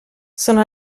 sono